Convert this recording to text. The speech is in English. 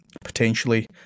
potentially